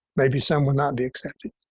maybe some will not be accepted.